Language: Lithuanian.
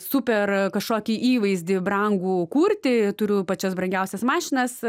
super kažkokį įvaizdį brangų kurti turiu pačias brangiausias mašinas